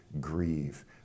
grieve